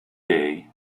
dei